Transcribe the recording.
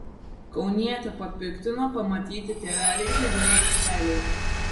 kaunietę papiktino pamatyti tėveliai žaidimų aikštelėje